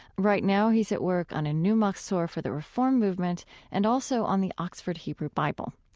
right now, he's at work on a new mahzor for the reform movement and also on the oxford hebrew bible.